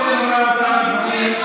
אני רוצה לומר עוד כמה דברים.